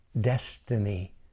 destiny